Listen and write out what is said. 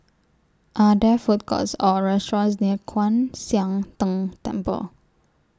Are There Food Courts Or restaurants near Kwan Siang Tng Temple